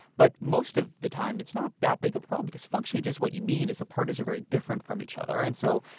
but most of the time, it's not that big of problem because functioning just what you mean is that parties are very different from each other. and so,